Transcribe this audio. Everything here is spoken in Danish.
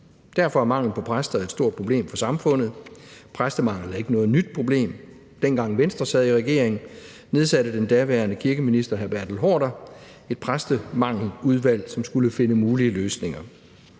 Derfor er mangel på præster et stort problem for samfundet. Præstemangel er ikke noget nyt problem. Dengang Venstre sad i regering, nedsatte den daværende kirkeminister, hr. Bertel Haarder, et Præstemangeludvalg, som skulle finde mulige løsninger.